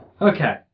Okay